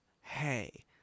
Hey